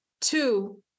Two